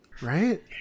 right